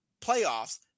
playoffs